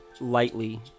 lightly